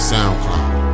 Soundcloud